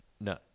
no